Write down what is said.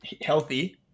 healthy